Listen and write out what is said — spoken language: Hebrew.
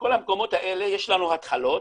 בכל המקומות האלה יש לנו התחלות,